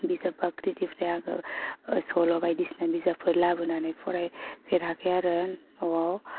बिजाब बाख्रिनिफ्राय आङो सल' बायदिसिना बिजाबफोर लाबोनानै फराय फेराखै आरो न'वाव